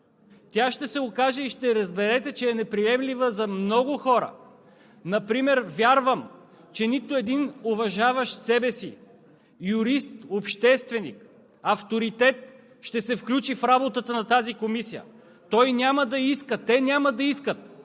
тя ще се окаже и ще разберете, че е неприемлива за много хора. Например, вярвам, че нито един уважаващ себе си юрист, общественик, авторитет няма да се включи в работата на тази комисия. Той няма да иска, те няма да искат